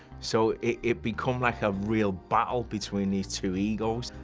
so it become like a real battle between these two egos.